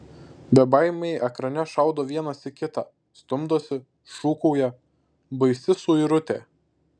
bebaimiai ekrane šaudo vienas į kitą stumdosi šūkauja baisi suirutė